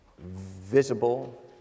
visible